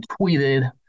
tweeted